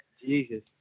Jesus